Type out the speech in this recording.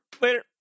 Later